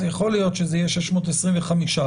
אז יכול להיות שזה יהיה 625 פלוס,